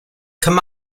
come